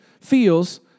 feels